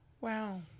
Wow